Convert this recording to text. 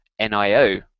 NIO